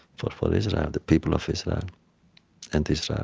for for israel, the people of israel and israel.